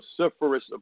vociferous